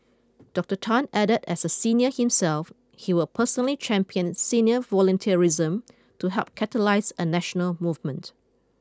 Doctor Tan added as a senior himself he will personally champion senior volunteerism to help catalyse a national movement